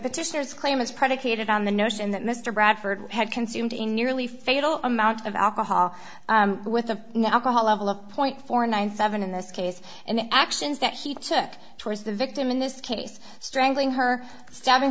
petitioners claim is predicated on the notion that mr bradford had consumed in nearly fatal amount of alcohol with a now haha level of point four nine seven in this case in actions that he took towards the victim in this case strangling her stabbing